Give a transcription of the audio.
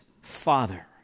Father